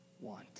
want